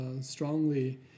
strongly